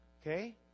Okay